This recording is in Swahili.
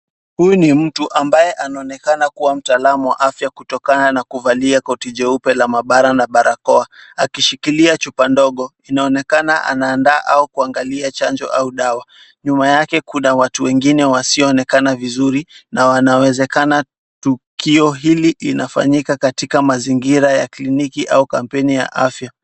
Huu ni mtu ambaye anaonekana kuwa mtaalamu wa afya kutokana na kuvalia koti jeupe la mabara na barakoa, akishikilia chupa ndogo, inaonekana anaandaa au kuangalia chanjo au dawa, nyuma yake kuna watu wengine wasioonekana vizuri na wanawezekana tukio hili inafanyika katika mazingira ya kliniki au kampeni ya afya.